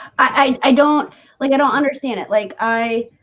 i i don't like i don't understand it like i